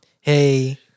Hey